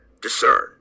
discern